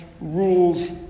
rules